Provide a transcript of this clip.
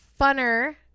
funner